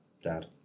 Dad